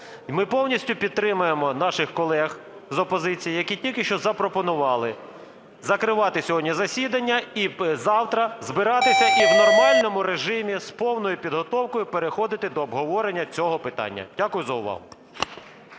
ми повністю підтримуємо наших колег з опозиції, які тільки що запропонували закривати сьогодні засідання і завтра збиратися і в нормальному режимі, з повною підготовкою переходити до обговорення цього питання. Дякую за увагу.